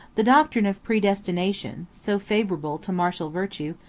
the doctrine of predestination, so favorable to martia virtue,